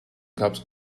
cops